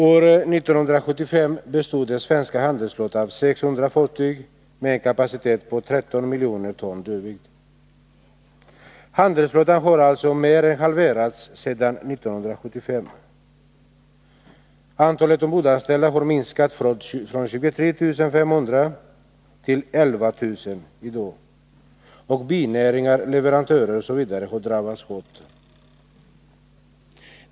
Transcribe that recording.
År 1975 bestod den svenska handelsflottan av 600 fartyg med en kapacitet på 13 miljoner dödviktton. Handelsflottan har alltså mer än halverats sedan 1975, antalet ombordanställda har minskat från 23 500 år 1975 till 11 000 i dag, och binäringar, leverantörer osv. har drabbats hårt.